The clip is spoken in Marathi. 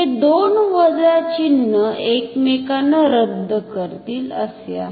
हे दोन वजा चिन्ह एकमेकांना रद्द करतील असे आहे